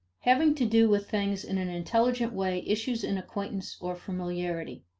having to do with things in an intelligent way issues in acquaintance or familiarity.